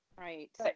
Right